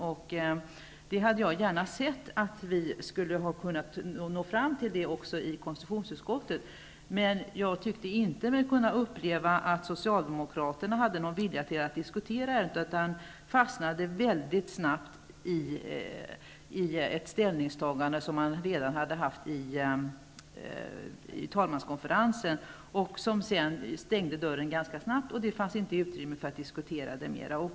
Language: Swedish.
Jag hade gärna sett att vi i konstitutionsutskottet hade nått fram till detta. Jag tyckte mig dock inte kunna uppleva att socialdemokraterna hade någon vilja att diskutera ärendet. De fastnade väldigt snabbt i ett ställningstagande som de hade haft redan i talmanskonferensen. Dörren stängdes ganska snabbt, och sedan fanns inte utrymme att diskutera ärendet mera.